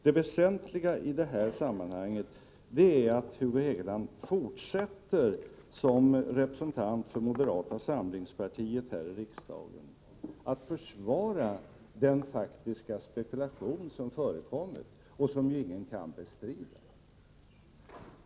Det väsentliga i sammanhanget är att Hugo Hegeland fortsätter såsom representant för moderata samlingspartiet här i riksdagen att försvara den faktiska spekulation som har förekommit och som ingen kan bestrida.